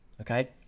Okay